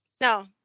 No